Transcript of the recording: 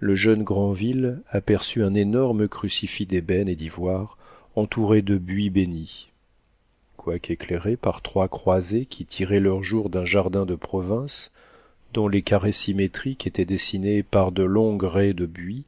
le jeune granville aperçut un énorme crucifix d'ébène et d'ivoire entouré de buis bénit quoiqu'éclairée par trois croisées qui tiraient leur jour d'un jardin de province dont les carrés symétriques étaient dessinés par de longues raies de buis